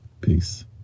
Peace